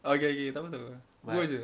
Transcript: okay okay takpe takpe go jer